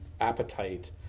appetite